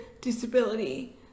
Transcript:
disability